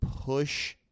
push